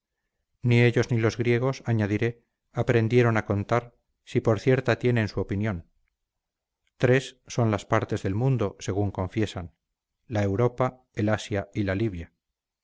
ni ellos ni los griegos añadiré aprendieron a contar si por cierta tienen su opinión tres son las partes del mundo según confiesan la europa el asia y la libia